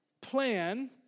plan